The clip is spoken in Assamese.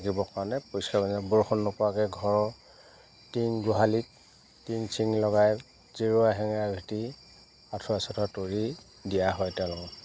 থাকিবৰ কাৰণে পৰিষ্কাৰ বৰষুণ নোপোৱাকৈ ঘৰৰ টিং গোহালিত টিং চিং লগাই জেওৰা হেঙেৰা ভেটি আঁঠুৱা চাঠুৰ তৰি দিয়া হয় তেওঁলোকক